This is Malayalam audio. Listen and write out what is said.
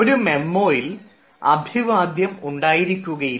ഒരു മെമ്മോയിൽ അഭിവാദ്യം ഉണ്ടായിരിക്കുകയില്ല